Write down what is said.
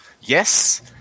Yes